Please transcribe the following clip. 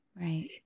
Right